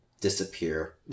disappear